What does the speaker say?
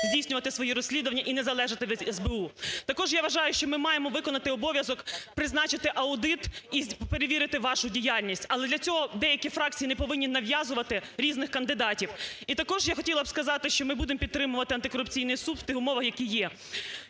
здійснювати свої розслідування і не залежати від СБУ. Також я вважаю, що ми маємо виконати обов'язок, призначити аудит і перевірити вашу діяльність, але для цього деякі фракції неповинні нав'язувати різних кандидатів. І також я хотіла б сказати, що ми будемо підтримувати Антикорупційний суд в тих умовах, які є.